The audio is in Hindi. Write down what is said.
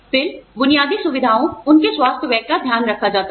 फिर बुनियादी सुविधाओं उनके स्वास्थ्य व्यय का ध्यान रखा जाता है